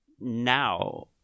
now